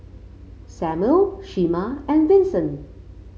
Samual Shemar and Vincent